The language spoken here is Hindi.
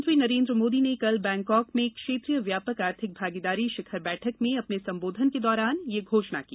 प्रधानमंत्री नरेंद्र मोदी ने कल बैंकॉक में क्षेत्रीय व्यापक आर्थिक भागीदारी शिखर बैठक में अपने संबोधन के दौरान यह घोषणा की